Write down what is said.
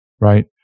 right